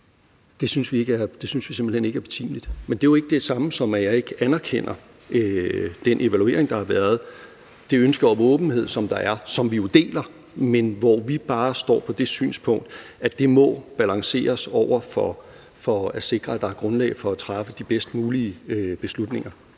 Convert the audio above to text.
palet, synes vi simpelt hen ikke er betimeligt. Men det er jo ikke det samme, som at jeg ikke anerkender den evaluering, der har været, og det ønske om åbenhed, der er, og som vi deler. Vi står bare på det synspunkt, at det må balanceres med at sikre, at der er grundlag for at træffe de bedst mulige beslutninger.